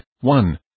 one